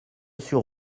sur